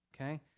Okay